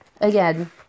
again